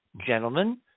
Gentlemen